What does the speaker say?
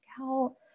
out